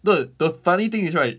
no the funny thing is right